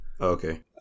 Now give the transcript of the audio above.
okay